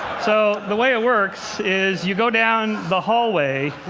so the way it works is you go down the hallway,